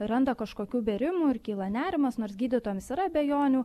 randa kažkokių bėrimų ir kyla nerimas nors gydytojams yra abejonių